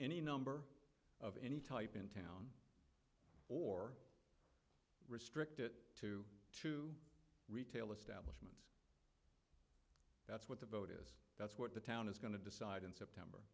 any number of any type in town or restrict it to two retail establish what the vote is that's what the town is going to decide in september